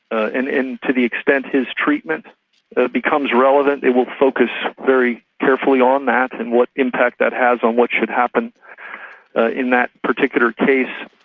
and to the extent his treatment becomes relevant it will focus very carefully on that and what impact that has on what should happen in that particular case.